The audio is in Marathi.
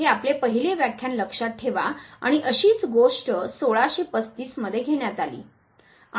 हे आपले पहिले व्याख्यान लक्षात ठेवा आणि अशीच गोष्ट 1635 मध्ये घेण्यात आली